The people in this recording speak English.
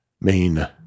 main